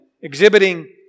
exhibiting